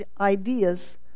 ideas